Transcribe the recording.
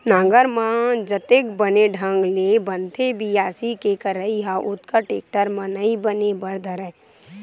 नांगर म जतेक बने ढंग ले बनथे बियासी के करई ह ओतका टेक्टर म नइ बने बर धरय